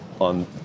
on